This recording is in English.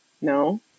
No